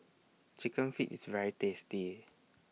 Chicken Feet IS very tasty